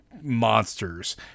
monsters